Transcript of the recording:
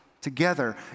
together